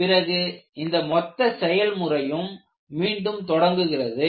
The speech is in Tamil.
பிறகு இந்த மொத்த செயல்முறையும் மீண்டும் தொடங்குகிறது